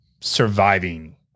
surviving